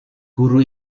guru